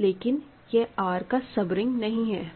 लेकिन यह है R का सब रिंग नहीं है